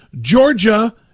Georgia